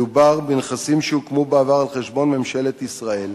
מדובר בנכסים שהוקמו בעבר על חשבון ממשלת ישראל.